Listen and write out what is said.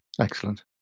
Excellent